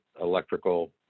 electrical